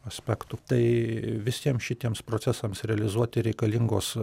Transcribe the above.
aspektų tai visiems šitiems procesams realizuoti reikalingos